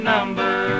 Number